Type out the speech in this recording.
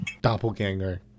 doppelganger